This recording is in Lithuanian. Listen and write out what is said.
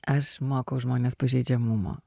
aš mokau žmones pažeidžiamumo